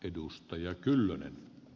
arvoisa herra puhemies